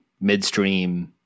midstream